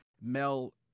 Mel